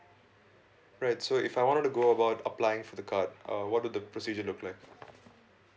right so if I wanted to go about applying for the card uh what do the procedure look like